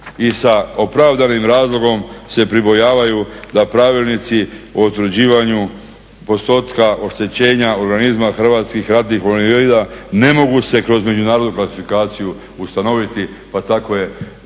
i sa opravdanim razlogom se pribojavaju da pravilnici o utvrđivanju postotka oštećenja organizma Hrvatskih ratnih invalida ne mogu se kroz međunarodnu klasifikaciju ustanoviti pa tako je,